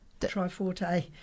triforte